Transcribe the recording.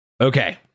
Okay